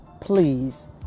please